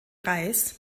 reis